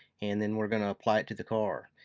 and then we're gonna apply it to the car.